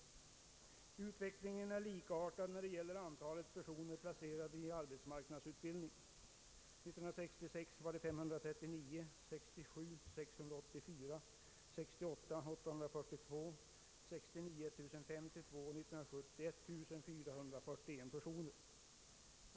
Utvecklingen är likartad när det gäller antalet personer placerade i arbetsmarknadsutbildning: år 1966 — 539, år 1967 — 684, år 1968 — 842, år 1969 — 1052 och år 1970 — 1441 personer.